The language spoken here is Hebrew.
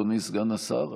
אדוני סגן השר,